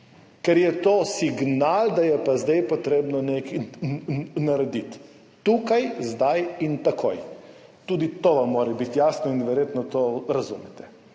ker je to signal, da je pa zdaj potrebno nekaj narediti tukaj, zdaj in takoj. Tudi to vam mora biti jasno in verjetno to razumete.